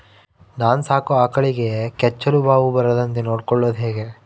ನಾನು ಸಾಕೋ ಆಕಳಿಗೆ ಕೆಚ್ಚಲುಬಾವು ಬರದಂತೆ ನೊಡ್ಕೊಳೋದು ಹೇಗೆ?